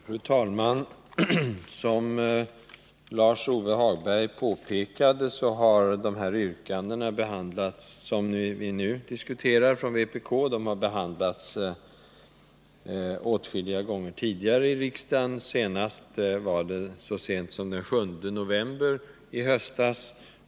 Fru talman! Som Lars-Ove Hagberg påpekar har de yrkanden från vpk som vi nu diskuterar redan tidigare behandlats åtskilliga gånger i riksdagen, senast den 7 november i höstas.